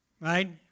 Right